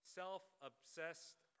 self-obsessed